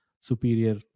superior